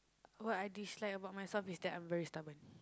what I dislike about myself is that I'm very stubborn